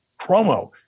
promo